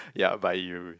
ya but you